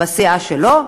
בסיעה שלו,